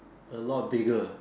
a lot bigger